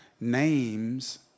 names